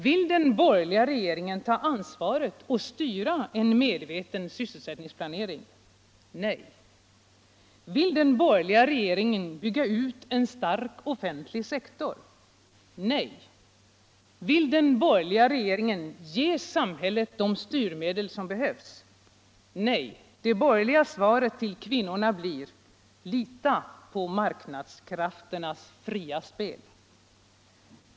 Vill den borgerliga regeringen ta ansvaret och styra en medveten sysselsättningsplanering? Nej! Vill den borgerliga regeringen bygga ut en stark offentlig sektor? Nej! Vill den borgerliga regeringen ge samhället de styrmedel som behövs? Nej — det borgerliga svaret till kvinnorna blir: Lita på marknadskrafternas fria spel!